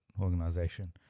organization